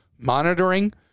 monitoring